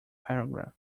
paragraph